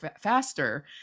faster